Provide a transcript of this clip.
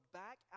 back